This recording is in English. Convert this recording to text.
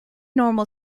normal